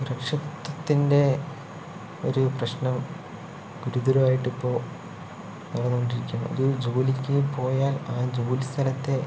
സുരക്ഷിതത്വത്തിൻ്റെ ഒരു പ്രശ്നം ഗുരുതരായിട്ടിപ്പോൾ നടന്നുകൊണ്ടിരിക്കാണ് ഒരു ജോലിക്ക് പോയാൽ ആ ജോലി സ്ഥലത്തെ